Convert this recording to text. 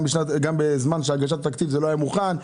גם בזמן הגשת התקציב זה לא היה מוכן.